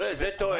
זה תואם